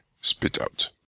spit-out